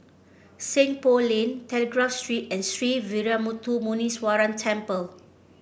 Seng Poh Lane Telegraph Street and Sree Veeramuthu Muneeswaran Temple